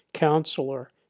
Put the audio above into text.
Counselor